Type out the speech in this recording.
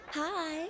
Hi